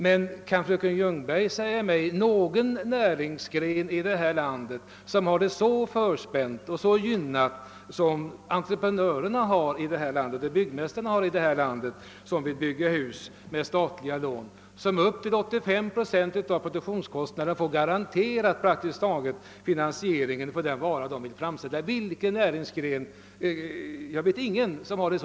Men kan fröken Ljungberg säga mig någon näringsgren i detta land som är så gynnad som entreprenörerna och byggmästarna? Om de vill bygga hus med statliga lån får de finansieringen av den vara de vill framställa garanterad upp till 85 procent.